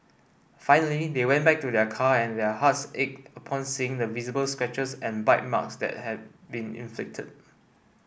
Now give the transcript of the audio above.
finally they went back to their car and their hearts ached upon seeing the visible scratches and bite marks that had been inflicted